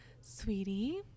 sweetie